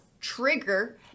trigger